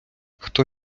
хто